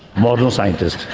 moral scientist!